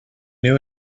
new